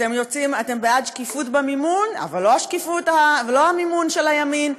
אתם בעד שקיפות במימון, אבל לא המימון של הימין.